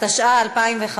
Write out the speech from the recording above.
התשע"ה 2015,